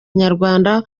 nyarwanda